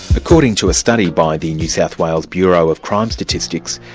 according to a study by the new south wales bureau of crime statistics,